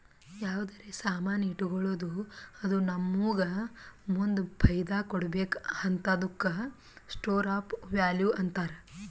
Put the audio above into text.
ಯಾವ್ದರೆ ಸಾಮಾನ್ ಇಟ್ಗೋಳದ್ದು ಅದು ನಮ್ಮೂಗ ಮುಂದ್ ಫೈದಾ ಕೊಡ್ಬೇಕ್ ಹಂತಾದುಕ್ಕ ಸ್ಟೋರ್ ಆಫ್ ವ್ಯಾಲೂ ಅಂತಾರ್